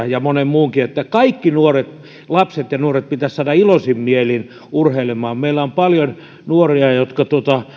ja monen muunkin näkemykseen siitä että kaikki lapset ja nuoret pitäisi saada iloisin mielin urheilemaan meillä on paljon nuoria jotka